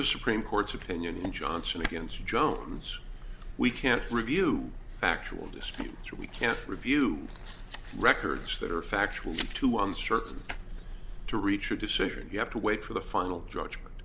the supreme court's opinion in johnson against jones we can't review actual disputes we can't review records that are factually too uncertain to reach a decision you have to wait for the final judgment